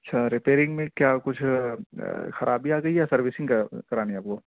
اچھا رپیرنگ میں کیا کچھ خرابی آ گئی یا سروسنگ کرانی ہے آپ کو